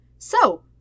So